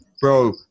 Bro